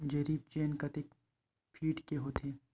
जरीब चेन कतेक फीट के होथे?